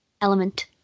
element